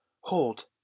Hold